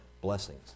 blessings